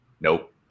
Nope